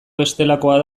bestelakoa